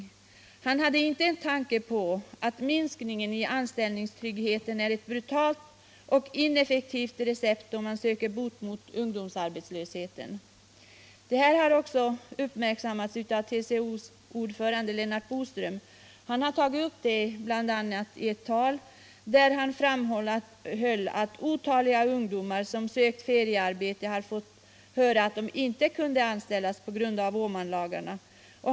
Den pojken hade inte en tanke på att en minskning av anställningstryggheten är ett brutalt och ineffektivt recept, om man söker bot för ungdomsarbetslösheten. Den saken har också berörts av TCO:s ordförande Lennart Bodström, som i ett tal framhöll att otaliga ungdomar som sökt feriearbete har fått höra att de inte kan anställas på grund av Åmanlagarna.